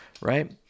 Right